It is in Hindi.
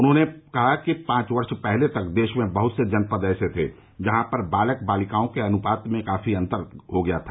उन्होंने कहा कि पांच वर्ष पहले तक देश में बहत से जनपद ऐसे थे जहां पर बालक बालिकाओं के अनुपात में काफी अन्तर आ गया था